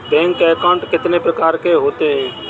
Bank account कितने प्रकार के होते हैं?